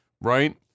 right